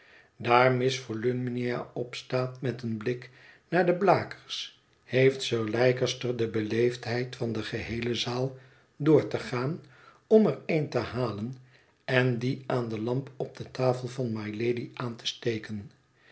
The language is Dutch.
daar miss volumnia opstaat met een blik naar de blakers heeft sir leicester dé beleefdheid van de geheele zaal door te gaan om er een te halen en dien aan de lamp op de tafel van mylady aan te steken